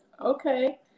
Okay